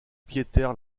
pieter